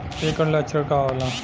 ऐकर लक्षण का होला?